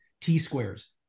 T-squares